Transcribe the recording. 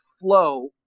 flow